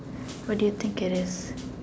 what do you think it is